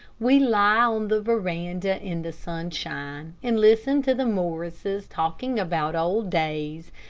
we lie on the veranda in the sunshine, and listen to the morrises talking about old days,